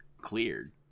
cleared